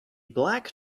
black